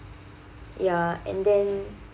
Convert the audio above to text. ya and then